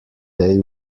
they